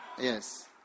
Yes